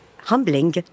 humbling